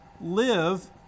live